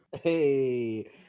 hey